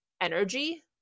energy